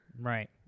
Right